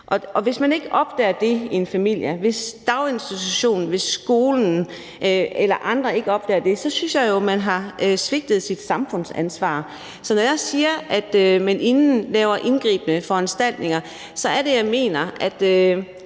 hvis man ikke opdager det i en familie, og hvis daginstitutionen, skolen eller andre ikke opdager det, synes jeg jo, at man har svigtet sit samfundsansvar. Så når jeg siger, at det skal være, inden man laver indgribende foranstaltninger, så mener jeg,